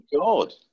God